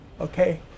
okay